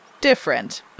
different